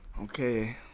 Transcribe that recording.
Okay